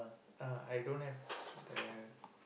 uh I don't have the